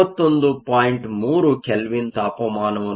3 kelvin ತಾಪಮಾನವನ್ನು ನೀಡುತ್ತದೆ